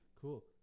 cool